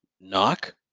Knock